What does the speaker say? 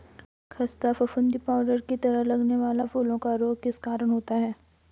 खस्ता फफूंदी पाउडर की तरह लगने वाला फूलों का रोग किस कारण होता है?